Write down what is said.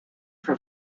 from